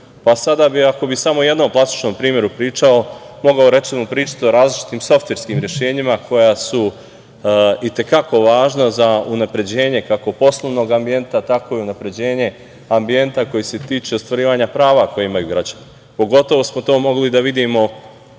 zamisli. Sada bi ako bi samo jedno plastičnom primeru pričao mogao recimo pričati o različitim softverskim rešenjima koja su i te kako važna za unapređenje kako poslovnog tako i unapređenje ambijenta koji se tiče ostvarivanja prava koje imaju građani, pogotovo smo to mogli da vidimo